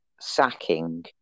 sacking